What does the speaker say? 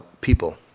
people